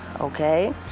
okay